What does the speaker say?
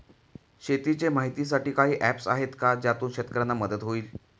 शेतीचे माहितीसाठी काही ऍप्स आहेत का ज्यातून शेतकऱ्यांना मदत होईल?